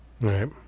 Right